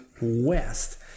west